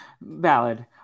Valid